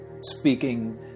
speaking